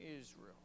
Israel